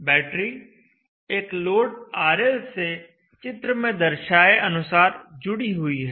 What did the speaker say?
battery एक load RL से चित्र में दर्शाए अनुसार जुड़ी हुई है